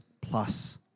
plus